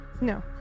No